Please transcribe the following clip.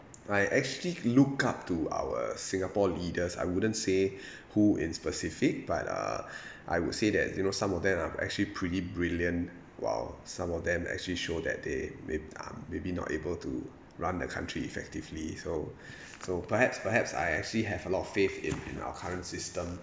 I actually look up to our singapore leaders I wouldn't say who in specific but uh I would say that you know some of them are actually pretty brilliant while some of them actually show that they mayb~ uh maybe not able to run the country effectively so so perhaps perhaps I actually have a lot of faith in in our current system